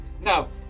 now